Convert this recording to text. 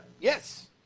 Yes